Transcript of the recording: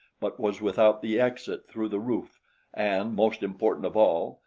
but was without the exit through the roof and, most important of all,